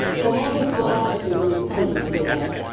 from almost the moment that he was posing for that.